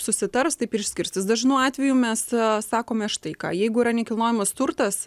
susitars taip ir išskirstys dažnu atveju mes sakome štai ką jeigu yra nekilnojamas turtas